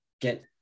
get